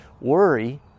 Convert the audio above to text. Worry